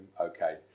okay